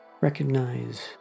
Recognize